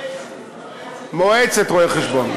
מועצת רואי-חשבון.